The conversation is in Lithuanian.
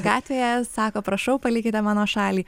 gatvėje sako prašau palikite mano šalį